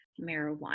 marijuana